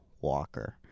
Walker